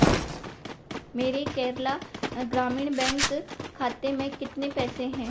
मेरे केरला ग्रामीण बैंक खाते में कितने पैसे हैं